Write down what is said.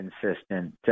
consistent